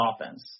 offense